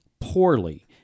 poorly